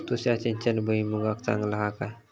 तुषार सिंचन भुईमुगाक चांगला हा काय?